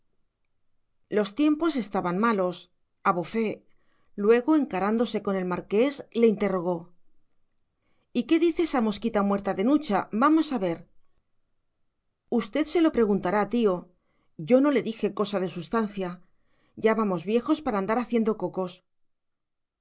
los tiempos estaban malos abofé luego encarándose con el marqués le interrogó y qué dice esa mosquita muerta de nucha vamos a ver usted se lo preguntará tío yo no le dije cosa de sustancia ya vamos viejos para andar haciendo cocos